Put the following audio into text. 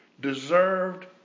deserved